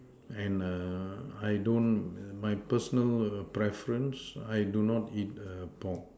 and err I don't my personal err preference I do not eat err pork